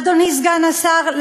אדוני סגן השר,